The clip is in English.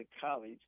college